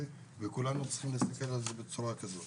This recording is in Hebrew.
וכולנו צריכים להסתכל על זה בצורה כזאת,